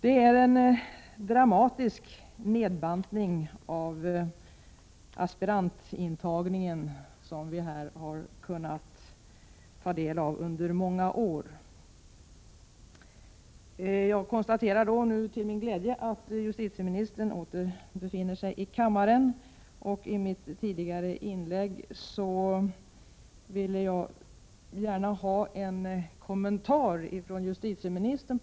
Det är en dramatisk nedbantning av aspirantintagningen som vi har kunnat iaktta under många år. Jag konstaterar till min glädje att justitieministern nu åter befinner sig i kammaren. I mitt tidigare inlägg efterlyste jag en kommentar på den här punkten från justitieministern.